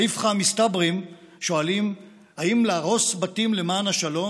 האיפכא מסתברים שואלים אם 'להרוס בתים למען השלום'